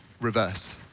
reverse